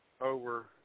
over